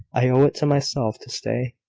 i owe it to myself to stay.